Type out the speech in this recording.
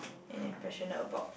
an impression about